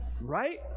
Right